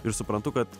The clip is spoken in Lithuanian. ir suprantu kad